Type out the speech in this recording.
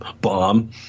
bomb